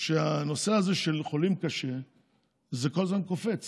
שהנושא הזה של חולים קשים זה כל פעם קופץ